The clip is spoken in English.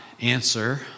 answer